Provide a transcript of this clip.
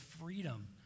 freedom